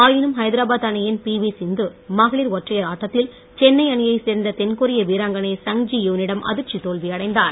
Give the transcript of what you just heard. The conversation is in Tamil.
ஆயினும் ஐதராபாத் அணியின் பிவி சிந்து மகளிர் ஒற்றையர் ஆட்டத்தில் சென்னை அணியைச் சேர்ந்த தென்கொரிய வீராங்கனை சங் ஜி யூ னிடம் அதிர்ச்சி தோல்வியடைந்தார்